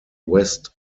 west